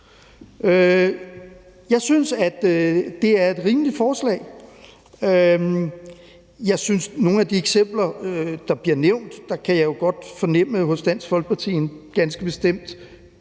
Jeg synes, at det er et rimeligt forslag. I forhold til nogle af de eksempler, der bliver nævnt, synes jeg godt, jeg kan fornemme en ganske bestemt